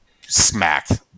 smacked